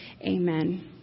Amen